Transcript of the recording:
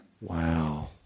Wow